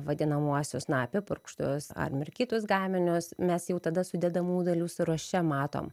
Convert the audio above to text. vadinamuosius na apipurkštus ar mirkytus gaminius mes jau tada sudedamų dalių sąraše matom